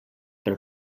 per